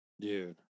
dude